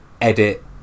edit